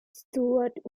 stuart